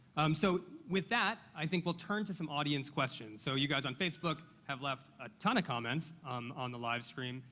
um so, with that, i think we'll turn to some audience questions. so, you guys on facebook have left a ton comments um on on the live stream.